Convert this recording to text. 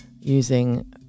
using